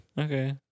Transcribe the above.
Okay